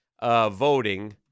voting